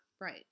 Right